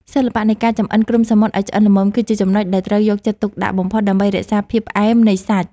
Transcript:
សិល្បៈនៃការចម្អិនគ្រំសមុទ្រឱ្យឆ្អិនល្មមគឺជាចំណុចដែលត្រូវយកចិត្តទុកដាក់បំផុតដើម្បីរក្សាភាពផ្អែមនៃសាច់។